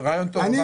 רעיון טוב.